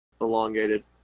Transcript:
elongated